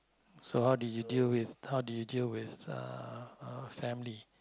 so how did you deal with how did you deal with uh uh family